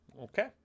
Okay